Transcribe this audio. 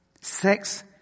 Sex